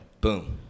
Boom